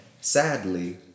sadly